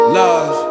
love